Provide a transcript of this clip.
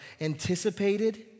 anticipated